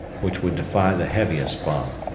which would defy the heaviest bomb.